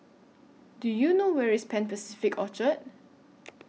Do YOU know Where IS Pan Pacific Orchard